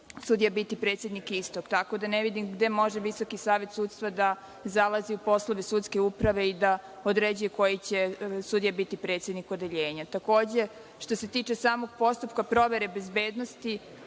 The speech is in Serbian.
sudija biti predsednik istog, tako da ne vidim gde može Visoki savet sudstva da zalazi u poslove sudske uprave i da određuje koji će sudija biti predsednik odeljenja. Takođe, što se tiče samog postupka provere bezbednosti